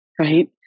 right